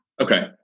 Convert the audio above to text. Okay